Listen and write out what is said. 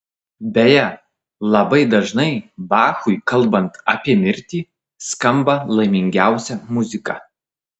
beje labai dažnai bachui kalbant apie mirtį skamba laimingiausia muzika